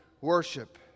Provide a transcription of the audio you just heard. worship